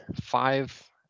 five